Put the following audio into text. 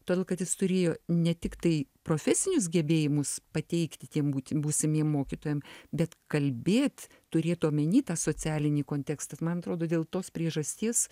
todėl kad jis turėjo ne tiktai profesinius gebėjimus pateikti tiem būti būsimiem mokytojam bet kalbėt turėt omeny tą socialinį kontekstą man atrodo dėl tos priežasties